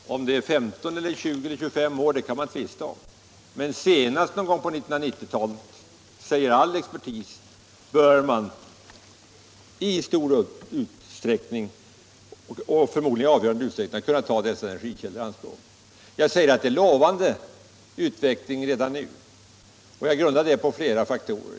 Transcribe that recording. Huruvida det dröjer 15, 20 eller 25 år kan man tvista om, men all expertis säger att man senast på 1990-talet i stor och förmodligen avgörande utsträckning bör kunna ta dessa energikällor i anspråk. Mitt uttalande att utvecklingen redan nu är lovande grundar jag på flera faktorer.